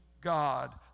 God